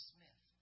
Smith